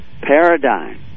paradigm